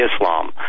Islam